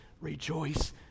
rejoice